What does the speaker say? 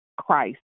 Christ